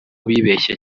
bibeshye